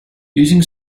using